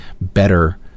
better